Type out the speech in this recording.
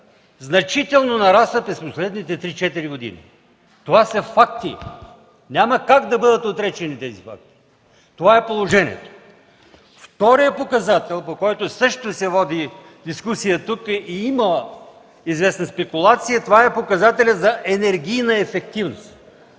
значително нарастна през последните три-четири години. Това са факти. Няма как да бъдат отречени тези факти. Това е положението! Вторият показател, по който също се води дискусия тук и има известна спекулация, е показателят за енергийна ефективност.